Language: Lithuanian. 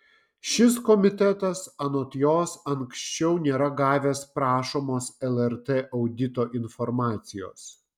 šis komitetas anot jos anksčiau nėra gavęs prašomos lrt audito informacijos